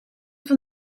van